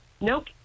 nope